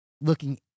looking